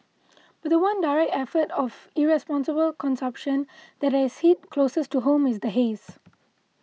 but the one direct effect of irresponsible consumption that has hit closest to home is the haze